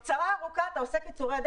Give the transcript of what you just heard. מי אמר את זה?